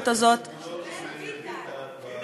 שהמסורת הזאת --- ביקשו תוספת.